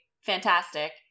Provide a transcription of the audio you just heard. Fantastic